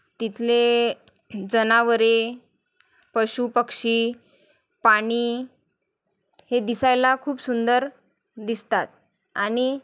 तिथले जनावरे पशुपक्षी पाणी हे दिसायला खूप सुंदर दिसतात आणि